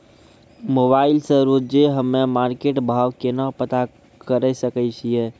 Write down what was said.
Mobile से रोजे हम्मे मार्केट भाव केना पता करे सकय छियै?